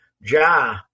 Ja –